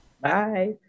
Bye